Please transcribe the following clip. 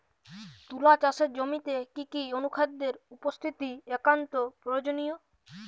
তুলা চাষের জমিতে কি কি অনুখাদ্যের উপস্থিতি একান্ত প্রয়োজনীয়?